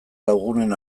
lagunen